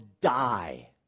die